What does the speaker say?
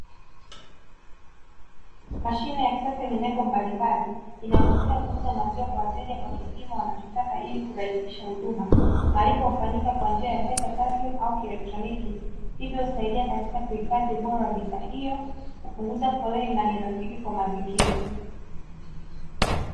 Mashine ya kisasa yenye nembo mbalimbali inayotumika kuuza maziwa kwa wateja kwa kipimo wanachotaka ilikurahisisha huduma. Malipo hufanyika kwa njia ya pesa taslimu au kieletroniki hivyo husaidia katika kuhifadhi ubora wa bidhaa hiyo kupunguza foleni na ni rafiki kwa mazingira.